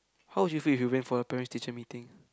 how would you feel if you went for a parents teacher meeting